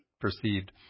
perceived